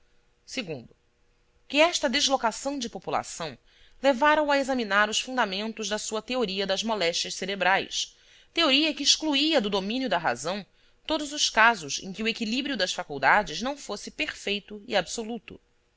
ainda que esta deslocação de população levara o a examinar os fundamentos da sua teoria das moléstias cerebrais teoria que excluía da razão todos os casos em que o equilíbrio das faculdades não fosse perfeito e absoluto